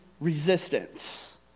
resistance